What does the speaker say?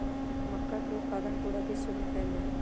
मक्का के उत्पादन पूरा विश्व में कइल जाहई